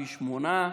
פי שמונה.